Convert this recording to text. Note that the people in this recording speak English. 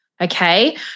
Okay